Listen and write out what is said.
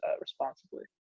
responsibly